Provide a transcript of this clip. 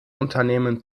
unternehmen